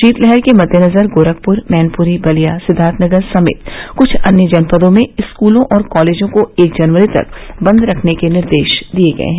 शीतलहर के मददेनजर गोरखपुर मैनपुरी बलिया सिद्दार्थनगर समेत कुछ अन्य जनपदों में स्कूलों और कॉलेजों को एक जनवरी तक बंद रखने के निर्देश दिए गए हैं